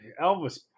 Elvis